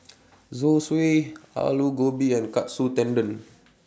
Zosui Alu Gobi and Katsu Tendon